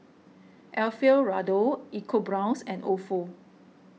Alfio Raldo EcoBrown's and Ofo